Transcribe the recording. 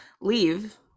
leave